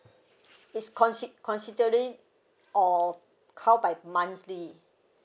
is consi~ considering or count by monthly